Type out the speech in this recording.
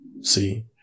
See